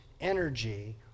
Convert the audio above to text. energy